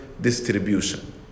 distribution